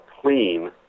clean